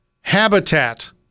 Habitat